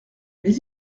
mais